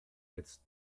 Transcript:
jetzt